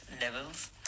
levels